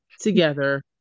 Together